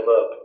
up